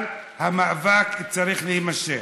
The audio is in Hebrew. אבל המאבק צריך להימשך.